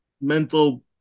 mental